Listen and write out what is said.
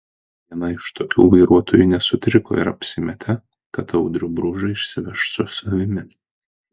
viena iš tokių vairuotojų nesutriko ir apsimetė kad audrių bružą išsiveš su savimi